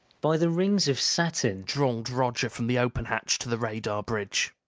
by the rings of saturn, drawled roger from the open hatch to the radar bridge,